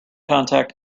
contact